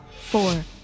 four